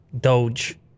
Doge